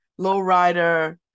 Lowrider